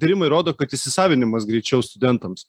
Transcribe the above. tyrimai rodo kad įsisavinimas greičiau studentams